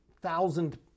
thousand